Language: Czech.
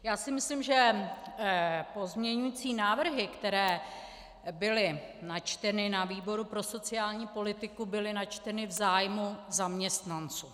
Já si myslím, že pozměňující návrhy, které byly načteny na výboru pro sociální politiku, byly načteny v zájmu zaměstnanců.